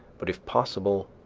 but, if possible,